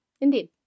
indeed